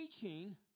teaching